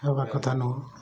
ହେବା କଥା ନୁହଁ